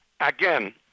again